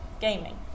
gaming